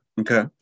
Okay